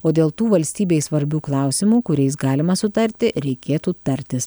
o dėl tų valstybei svarbių klausimų kuriais galima sutarti reikėtų tartis